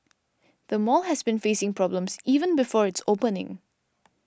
the mall has been facing problems even before its opening